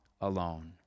alone